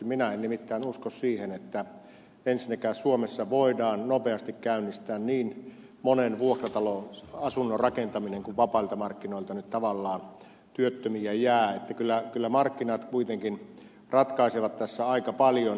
minä en nimittäin usko siihen että ensinnäkään suomessa voidaan nopeasti käynnistää niin monen vuokrataloasunnon rakentaminen kuin vapailta markkinoilta nyt tavallaan työttömiä jää joten kyllä markkinat kuitenkin ratkaisevat tässä aika paljon